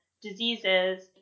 diseases